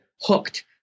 hooked